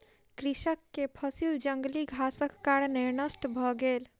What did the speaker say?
कृषक के फसिल जंगली घासक कारणेँ नष्ट भ गेल